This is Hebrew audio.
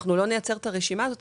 אנחנו לא נייצר את הרשימה הזאת.